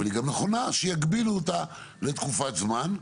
אבל היא גם נכונה שיגבילו אותה לתקופת זמן.